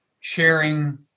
sharing